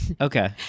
Okay